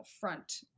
front